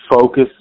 focus